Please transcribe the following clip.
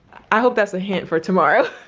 i hope that's a hint for tomorrow.